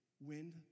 Wind